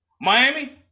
Miami